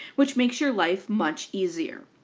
which makes your life much easier.